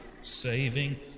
saving